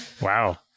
Wow